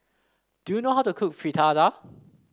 do you know how to cook Fritada